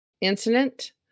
incident